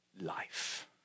life